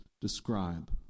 describe